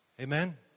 Amen